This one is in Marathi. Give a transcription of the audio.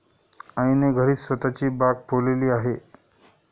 आईने घरीच स्वतःची बाग फुलवली आहे